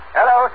Hello